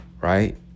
right